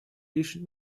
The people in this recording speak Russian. лишь